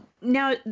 Now